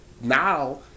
Now